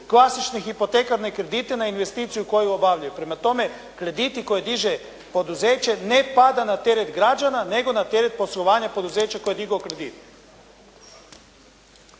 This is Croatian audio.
klasične hipotekarne kredite na investiciju koju obavljaju. Prema tome, krediti koje diže poduzeće ne pada na teret građana nego na teret poslovanja poduzeća koji je digao kredit.